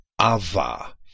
ava